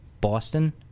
Boston